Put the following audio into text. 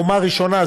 זה קומה ראשונה,